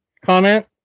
comment